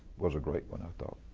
was a great one, i thought,